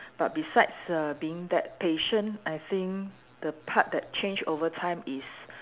but besides err being that patient I think the part that change over time is